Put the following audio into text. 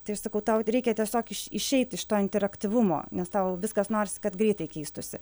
tai aš sakau tau reikia tiesiog iš išeit iš to interaktyvumo nes tau viskas norisi kad greitai keistųsi